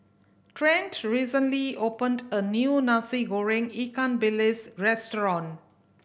Trent recently opened a new Nasi Goreng ikan bilis restaurant